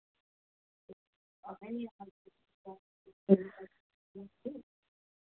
अं